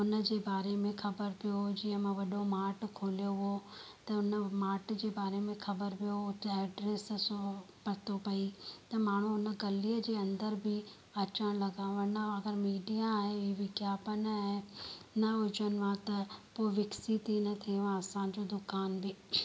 उन जे बारे में ख़बर पियो जीअं मां वॾो मार्ट खोलियो हुओ त उन मार्ट जे बारे में ख़बर पियो त पतो पई त माण्हू उन गलीअ जे अंदरि बि अचणु लॻा वरना अगरि मीडिया ऐं विज्ञापन ऐं न हुजनि त पोइ विकसित ई न थिए आहे असांजो दुकान बि